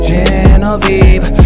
Genevieve